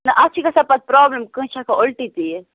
نہَ اَتھ چھِ گژھان پَتہٕ پرٛابلِم کٲنٛسہِ چھِ ہٮ۪کان اُلٹی تہِ یِتھ